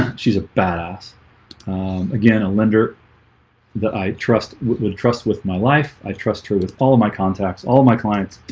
she's a badass again, a lender that i trust would trust with my life. i trust her to follow my contacts all of my clients